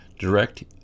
direct